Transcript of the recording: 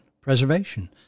preservation